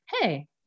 hey